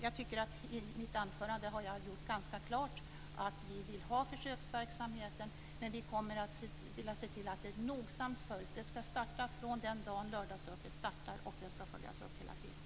Jag har i mitt anförande gjort klart att vi vill ha försöksverksamheten, men vi vill att den nogsamt följs upp. Verksamheten ska starta från den dag lördagsöppet startas, och den ska följas upp hela tiden.